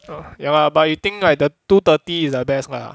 ya lah but you think like the two thirty is the best lah